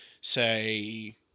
say